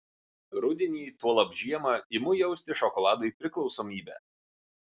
rudenį tuolab žiemą imu jausti šokoladui priklausomybę